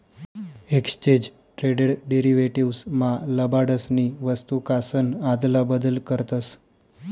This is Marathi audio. एक्सचेज ट्रेडेड डेरीवेटीव्स मा लबाडसनी वस्तूकासन आदला बदल करतस